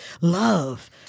love